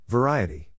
Variety